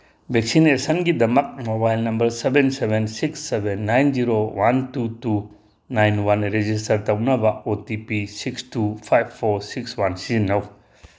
ꯚꯦꯛꯁꯤꯅꯦꯁꯟꯒꯤꯗꯃꯛ mobile number seven seven six seven nine zero one two two nine one register ꯇꯧꯅꯕ O T P six two five four six one ꯁꯤꯖꯤꯟꯅꯧ